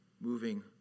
moving